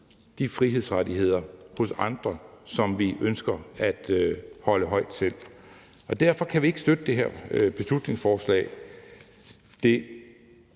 de frihedsrettigheder hos andre, som vi selv ønsker at sætte højt. Så derfor kan vi ikke støtte det her beslutningsforslag.